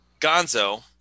Gonzo